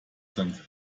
sind